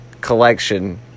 collection